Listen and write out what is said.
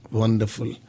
wonderful